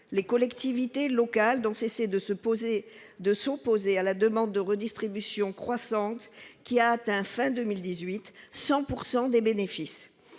Les collectivités locales n'ont cessé de s'opposer à une politique de redistribution croissante, laquelle a atteint, fin 2018, 100 % des bénéfices